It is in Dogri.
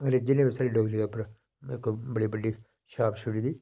अंग्रेजें ने उस्सै डोगरी दे उप्पर बड़ी बड्डी छाप छोड़ी दी